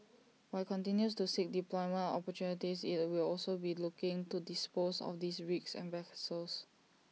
while IT continues to seek deployment opportunities IT will also be looking to dispose of these rigs and vessels